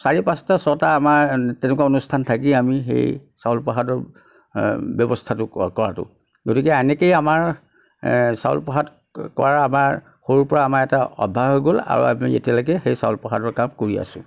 চাৰি পাঁচটা ছটা আমাৰ তেনেকুৱা অনুষ্ঠান থাকেই আমি সেই চাউল প্ৰসাদৰ ব্যৱস্থাটো কৰাটো গতিকে এনেকৈয়ে আমাৰ চাউল প্ৰসাদ কৰাৰ আমাৰ সৰুৰপৰা আমাৰ এটা অভ্যাস হৈ গ'ল আৰু আমি এতিয়ালৈকে সেই চাউল প্ৰসাদৰ কাম কৰি আছো